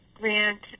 grant